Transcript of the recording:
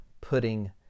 putting